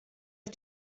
wie